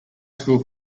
school